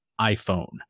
iPhone